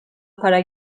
para